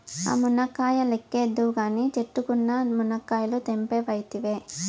ఆ మునక్కాయ లెక్కేద్దువు కానీ, చెట్టుకున్న మునకాయలు తెంపవైతివే